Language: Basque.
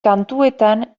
kantuetan